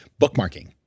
bookmarking